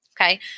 Okay